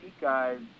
guys